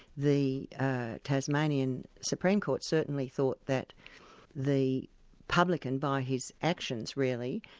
the tasmanian supreme court certainly thought that the publican, by his actions, really,